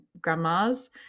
grandmas